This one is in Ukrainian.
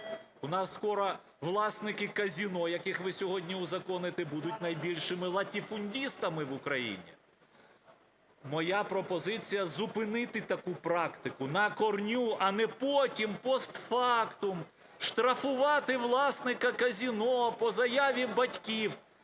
У нас скоро власники казино, яких ви сьогодні узаконите, будуть найбільшими латифундистами в Україні. Моя пропозиція зупинити таку практику на корню, а не потім постфактум штрафувати власника казино по заяві батьків.